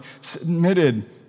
submitted